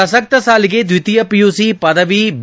ಪ್ರಸಕ್ತ ಸಾಲಿಗೆ ದ್ವಿತೀಯ ಪಿಯುಸಿ ಪದವಿ ಬಿ